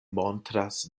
montras